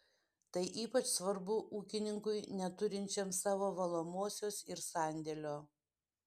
tai ypač svarbu ūkininkui neturinčiam savo valomosios ir sandėlio